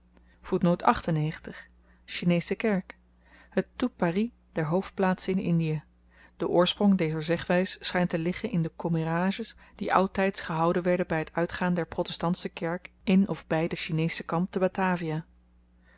chinesche kerk het tout paris der hoofdplaatsen in indie de oorsprong dezer zegwys schynt te liggen in de commérages die oudtyds gehouden werden by t uitgaan der protestantsche kerk in of by de chinesche kamp te batavia